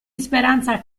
speranza